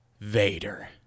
Vader